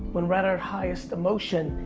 when we're at our highest emotion,